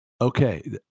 Okay